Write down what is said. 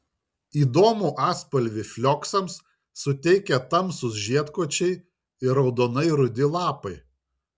įdomų atspalvį flioksams suteikia tamsūs žiedkočiai ir raudonai rudi lapai